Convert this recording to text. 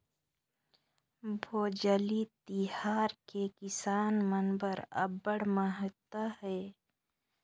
भोजली तिहार के किसान मन बर अब्बड़ महत्ता हे